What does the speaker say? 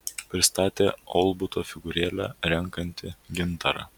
pristatė olbuto figūrėlę renkanti gintarą